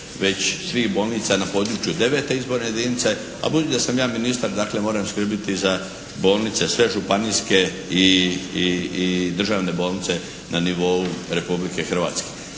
već svih bolnica na području IX. izborne jedinice. A budući da sam ja ministar dakle moram skrbiti za bolnice sve županijske i državne bolnice na nivou Republike Hrvatske.